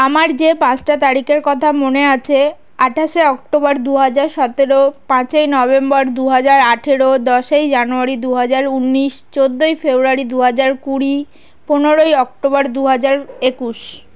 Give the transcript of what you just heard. আমার যে পাঁচটা তারিখের কথা মনে আছে আঠাশে অক্টোবর দু হাজার সতেরো পাঁচই নভেম্বর দু হাজার আঠেরো দশেই জানুয়ারি দু হাজার উন্নিশ চোদ্দোই শার্টটা ফেব্রুয়ারী দু হাজার কুড়ি পনেরোই অক্টোবর দু হাজার একুশ